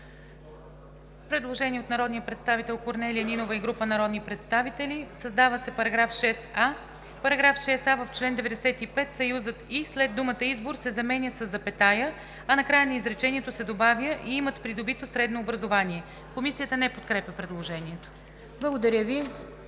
Предложение на народния представител Корнелия Нинова и група народни представители: „Създава се § 6а: „§ 6а. В чл. 95 съюзът „и“ след думата „избор“ се заменя със запетая, а накрая на изречението се добавя „и имат придобито средно образование“.“ Комисията не подкрепя предложението. ПРЕДСЕДАТЕЛ